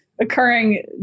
occurring